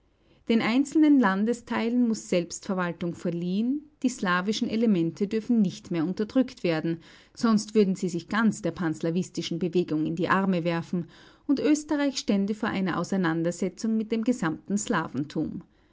den einzelnen landesteilen muß selbstverwaltung verliehen die slawischen elemente dürfen nicht mehr unterdrückt werden sonst würden sie sich ganz der panslawistischen bewegung in die arme werfen und österreich stände vor einer auseinandersetzung mit dem gesamten slawentum